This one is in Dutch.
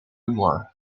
humor